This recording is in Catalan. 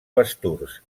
basturs